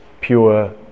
pure